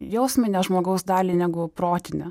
jausminę žmogaus dalį negu protinę